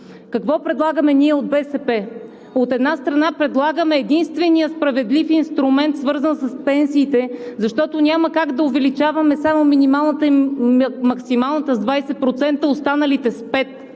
Какво предлагаме ние от БСП? От една страна, предлагаме единствения справедлив инструмент, свързан с пенсиите, защото няма как да увеличаваме само минималната и максималната с 20%, а останалите с 5%.